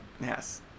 Yes